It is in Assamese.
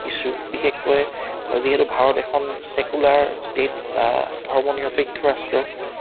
ইচ্যু বিশেষকৈ যিহেতু ভাৰত এখন ছেকুলাৰ ষ্টেট বা ধৰ্ম নিৰপেক্ষ ৰাষ্ট্ৰ